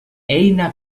eina